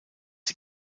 sie